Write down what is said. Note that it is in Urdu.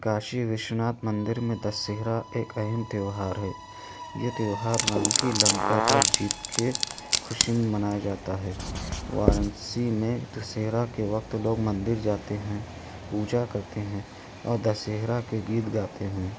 کاشی وشو ناتھ مندر میں دسہرہ ایک اہم تیوہار ہے یہ تیوہار رام کی لنکا پر جیت کے خوشی میں منایا جاتا ہے وارانسی میں دسہرہ کے وقت لوگ مندر جاتے ہیں پوجا کرتے ہیں اور دسہرہ کے گیت گاتے ہیں